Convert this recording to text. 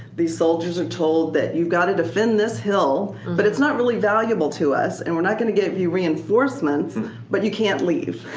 the soldiers are told that you've got to defend this hill but it's not really valuable to us and we're not gonna give you reinforcements but you can't leave.